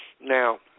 Now